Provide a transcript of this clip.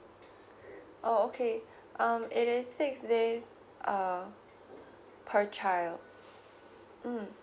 oh okay um it is six days uh per child mm